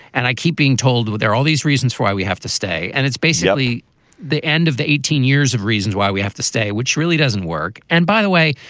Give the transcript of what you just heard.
and i keep being told, were there all these reasons why we have to stay? and it's basically the. end of the eighteen years of reasons why we have to stay, which really doesn't work. and by the way,